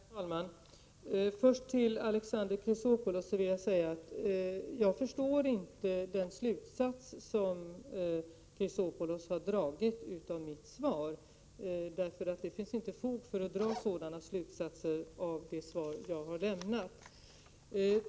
Herr talman! Först vill jag säga till Alexander Chrisopoulos att jag inte förstår den slutsats som han har dragit av mitt svar. Det finns inte fog för att dra sådana slutsatser av det svar jag har lämnat.